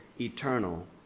eternal